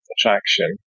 attraction